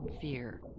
Fear